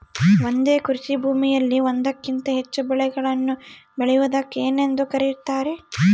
ಒಂದೇ ಕೃಷಿಭೂಮಿಯಲ್ಲಿ ಒಂದಕ್ಕಿಂತ ಹೆಚ್ಚು ಬೆಳೆಗಳನ್ನು ಬೆಳೆಯುವುದಕ್ಕೆ ಏನೆಂದು ಕರೆಯುತ್ತಾರೆ?